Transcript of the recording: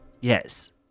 Yes